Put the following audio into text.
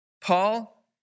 Paul